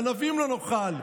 ענבים לא נאכל,